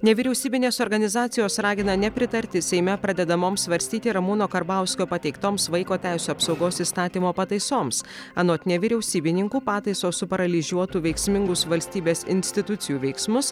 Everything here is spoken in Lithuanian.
nevyriausybinės organizacijos ragina nepritarti seime pradedamoms svarstyti ramūno karbauskio pateiktoms vaiko teisių apsaugos įstatymo pataisoms anot nevyriausybininkų pataisos suparalyžiuotų veiksmingus valstybės institucijų veiksmus